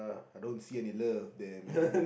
I don't see any love there man